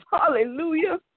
Hallelujah